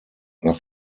nach